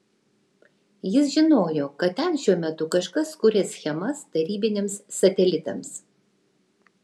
jis žinojo kad ten šiuo metu kažkas kuria schemas tarybiniams satelitams